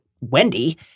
Wendy